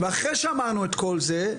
ואחרי שאמרנו את כל זה,